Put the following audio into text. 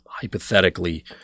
hypothetically